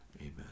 Amen